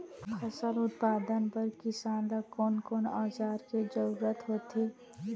फसल उत्पादन बर किसान ला कोन कोन औजार के जरूरत होथे?